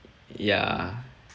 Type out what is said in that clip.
ya